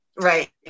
Right